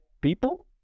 people